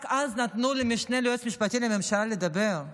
רק אז נתנו למשנה ליועץ המשפטי לממשלה לדבר,